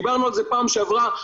דיברנו על זה פעם שעברה,